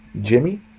Jimmy